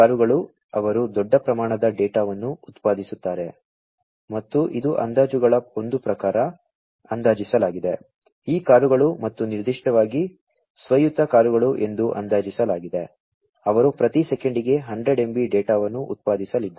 ಈ ಕಾರುಗಳು ಅವರು ದೊಡ್ಡ ಪ್ರಮಾಣದ ಡೇಟಾವನ್ನು ಉತ್ಪಾದಿಸುತ್ತಾರೆ ಮತ್ತು ಇದು ಅಂದಾಜುಗಳ ಒಂದು ಪ್ರಕಾರ ಅಂದಾಜಿಸಲಾಗಿದೆ ಈ ಕಾರುಗಳು ಮತ್ತು ನಿರ್ದಿಷ್ಟವಾಗಿ ಸ್ವಾಯತ್ತ ಕಾರುಗಳು ಎಂದು ಅಂದಾಜಿಸಲಾಗಿದೆ ಅವರು ಪ್ರತಿ ಸೆಕೆಂಡಿಗೆ 100 MB ಡೇಟಾವನ್ನು ಉತ್ಪಾದಿಸಲಿದ್ದಾರೆ